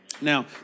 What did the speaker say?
Now